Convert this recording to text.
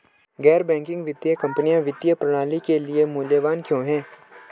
गैर बैंकिंग वित्तीय कंपनियाँ वित्तीय प्रणाली के लिए मूल्यवान क्यों हैं?